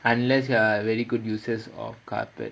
unless you are very good users of carpet